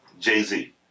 Jay-Z